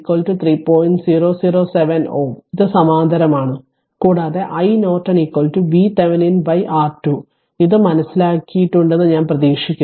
007 Ω ഇത് സമാന്തരമാണ് കൂടാതെ iNorton VThevenin R2 ഇത് മനസ്സിലാക്കിയിട്ടുണ്ടെന്ന് ഞാൻ പ്രതീക്ഷിക്കുന്നു